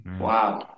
Wow